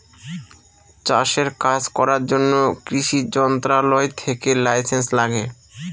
চাষের কাজ করার জন্য কৃষি মন্ত্রণালয় থেকে লাইসেন্স লাগে